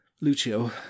lucio